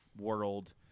world